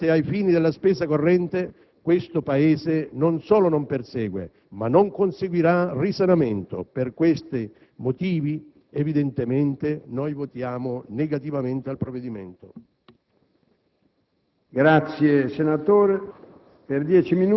perché continuando ad usare i tesoretti, per buona parte ai fini della spesa corrente, questo Paese non solo non persegue, ma nemmeno conseguirà risanamento. Per questi motivi, evidentemente, dichiariamo il nostro voto contrario al provvedimento.